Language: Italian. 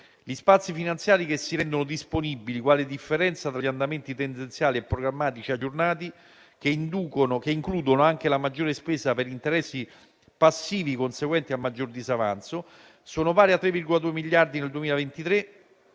Gli spazi finanziari che si rendono disponibili quale differenza tra gli andamenti tendenziali e programmatici aggiornati, che includono anche la maggiore spesa per interessi passivi conseguenti al maggior disavanzo, sono pari a 3,2 miliardi nel 2023,